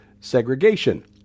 segregation